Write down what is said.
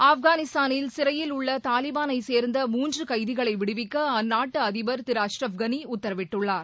ஆப்கானிஸ்தானில் சிறையில் உள்ள தாலிபானை சேர்ந்த மூன்று கைதிகளை விடுவிக்க அந்நாட்டு அதிபர் திரு அஷ்ரப் கனி உத்தரவிட்டுள்ளார்